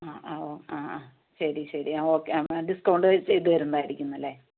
ആ ആ ഓ ആ ആ ശരി ശരി ആ ഓക്കെ ആ ഡിസ്കൗണ്ട് ചെയ്തുതരുന്നതായിരിക്കും എന്നല്ലേ